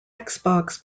xbox